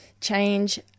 Change